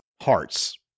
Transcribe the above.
hearts